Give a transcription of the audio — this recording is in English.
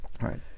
Right